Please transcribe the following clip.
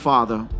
Father